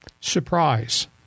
Surprise